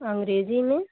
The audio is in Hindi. अंग्रेजी में